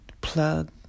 plug